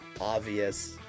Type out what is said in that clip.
obvious